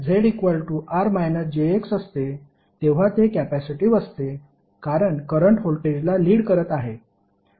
जेव्हा ZR jX असते तेव्हा ते कॅपेसिटिव्ह असते कारण करंट वोल्टेजला लीड करत आहे